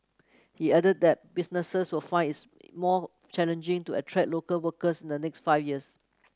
he added that businesses will find it's more challenging to attract local workers in the next five years